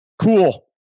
Cool